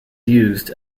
used